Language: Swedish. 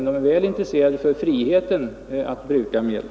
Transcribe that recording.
Däremot är de väl intresserade för friheten att bruka medlen.